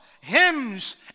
hymns